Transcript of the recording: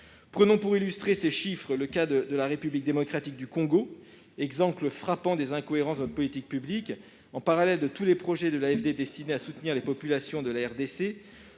Pour illustrer ces chiffres, prenons le cas de la République démocratique du Congo (RDC), exemple frappant des incohérences de notre politique publique. Parallèlement à tous les projets de l'AFD destinés à soutenir les populations de la RDC,